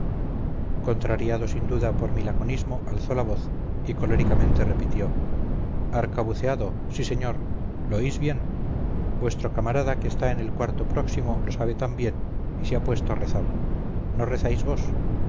contrariado sin duda por mi laconismo alzó la voz y coléricamente repitió arcabuceado sí señor lo oís bien vuestro camarada que está en el cuarto próximo lo sabe también y se ha puesto a rezar no rezáis vos